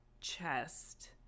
chest